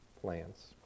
plans